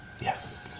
Yes